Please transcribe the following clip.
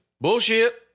Bullshit